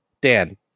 Dan